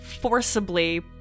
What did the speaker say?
forcibly